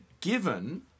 given